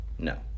No